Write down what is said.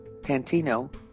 Pantino